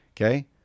okay